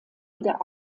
wieder